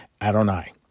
Adonai